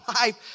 life